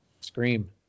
Scream